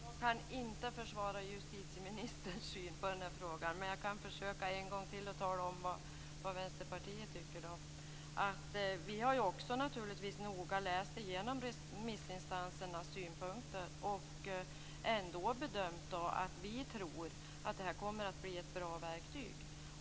Fru talman! Jag kan inte försvara justitieministerns syn på den här frågan. Men jag kan en gång till försöka tala om vad Vänsterpartiet tycker. Vi har naturligtvis också noga läst igenom remissinstansernas synpunkter och ändå gjort bedömningen att detta kommer att bli ett bra verktyg.